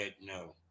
No